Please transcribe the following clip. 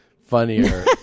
...funnier